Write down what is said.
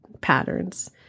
patterns